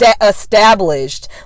established